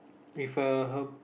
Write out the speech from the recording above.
with a herb